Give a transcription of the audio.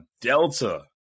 Delta